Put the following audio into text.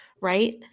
right